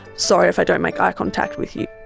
sorry if i don't make eye contact with you.